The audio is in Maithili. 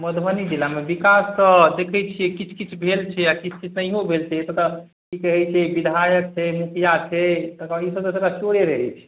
मधुबनी जिलामे विकास तऽ देखै छिए किछु किछु भेल छै आओर किछु किछु नहिओ भेल छै तऽ ओकरा कि कहै छै विधायक छै मुखिआ छै तकर ई सभ तऽ सभटा चोरे रहै छै